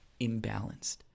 imbalanced